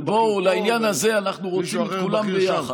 הוא בכיר פה, מישהו אחר בכיר שם.